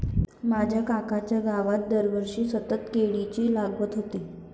माझ्या काकांच्या गावात दरवर्षी सतत केळीची लागवड होते